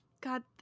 God